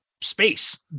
space